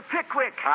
Pickwick